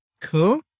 Cool